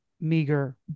meager